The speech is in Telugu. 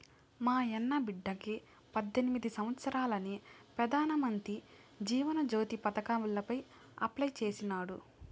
మాయన్న బిడ్డకి పద్దెనిమిది సంవత్సారాలని పెదానమంత్రి జీవన జ్యోతి పదకాంల అప్లై చేసినాడు